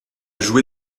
joué